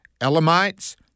Elamites